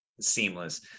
seamless